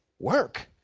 work?